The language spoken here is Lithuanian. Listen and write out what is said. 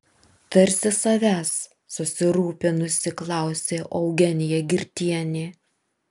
tarsi savęs susirūpinusi klausė eugenija girtienė